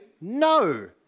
no